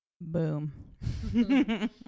Boom